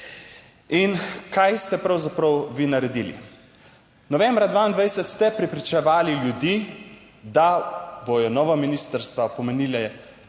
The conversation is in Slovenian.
In kaj ste pravzaprav vi naredili? Novembra 2022 ste prepričevali ljudi, da bodo nova ministrstva pomenile